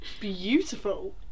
beautiful